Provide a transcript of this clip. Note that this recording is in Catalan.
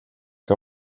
que